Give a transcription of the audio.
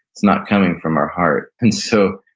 it's not coming from our heart. and so,